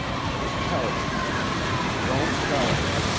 don't tell her, jasper, don't tell her.